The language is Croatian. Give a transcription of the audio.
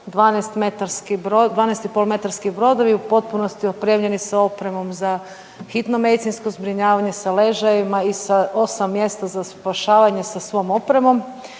12,5-metarski brodovi u potpunosti opremljeni sa opremom za hitno medicinsko zbrinjavanje sa ležajevima i sa 8 mjesta za spašavanje sa svom opremom.